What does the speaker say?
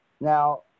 Now